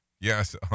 Yes